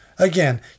Again